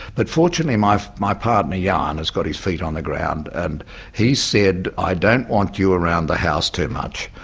but fortunately my my partner, johan, has got his feet on the ground and he said, i don't want you around the house too much,